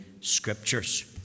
Scriptures